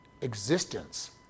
existence